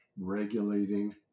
regulating